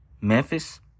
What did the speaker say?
Memphis